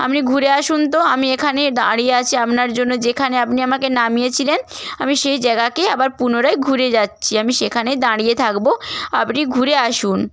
আপনি ঘুরে আসুন তো আমি এখানে দাঁড়িয়ে আছি আপনার জন্য যেখানে আপনি আমাকে নামিয়েছিলেন আমি সেই জায়গাতে আবার পুনরায় ঘুরে যাচ্ছি আমি সেখানে দাঁড়িয়ে থাকবো আপনি ঘুরে আসুন